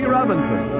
Robinson